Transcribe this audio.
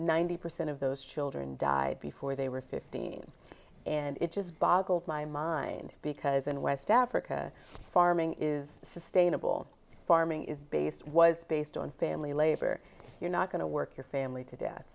ninety percent of those children died before they were fifteen and it just boggled my mind because in west africa farming is sustainable farming is based was based on family labor you're not going to work your family to death